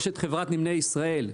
יש חברת נמלי ישראל.